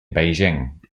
beijing